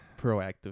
proactive